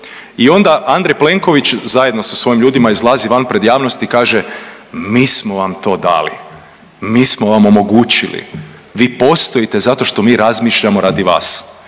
i onda Andrej Plenković zajedno sa svojim ljudima izlazi van pred javnost i kaže: „Mi smo vam to dali. Mi smo vam omogućili. Vi postojite zato što mi razmišljamo radi vas.“